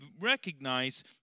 Recognize